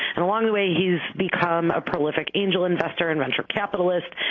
and along the way he's become a prolific angel investor and venture capitalist,